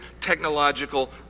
technological